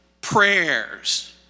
prayers